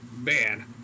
man